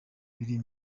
biri